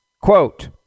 Quote